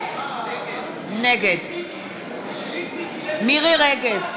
נגד מירי רגב,